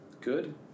Good